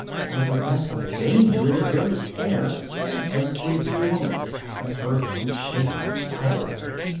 there was a breath of danger in the very air, and every few moments the earth would shake violently.